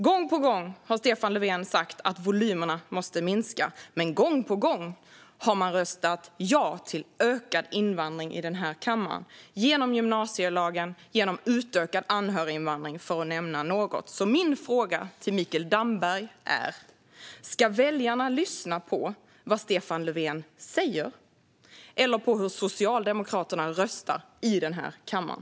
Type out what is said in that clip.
Gång på gång har Stefan Löfven sagt att volymerna måste minska, men gång på gång har Socialdemokraterna i kammaren röstat ja till ökad invandring, till exempel genom gymnasielagen och genom utökad anhöriginvandring. Min fråga till Mikael Damberg är: Ska väljarna lyssna på vad Stefan Löfven säger eller på hur Socialdemokraterna röstar i kammaren?